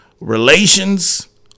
Relations